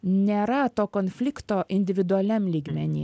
nėra to konflikto individualiam lygmeny